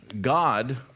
God